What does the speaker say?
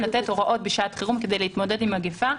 לתת הוראות בשעת חירום כדי להתמודד עם מגפה.